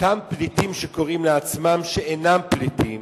אותם פליטים שקוראים כך לעצמם, שאינם פליטים